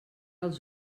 els